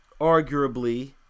arguably